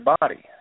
body